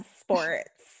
sports